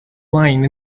lying